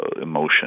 emotion